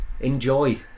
Enjoy